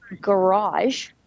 Garage